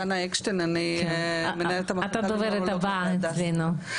דנה אקשטיין, אני מנהלת המחלקה לנוירולוגיה בהדסה.